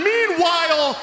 Meanwhile